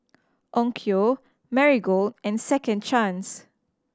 Onkyo Marigold and Second Chance